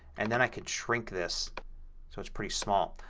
and then i can shrink this so it's pretty small.